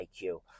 IQ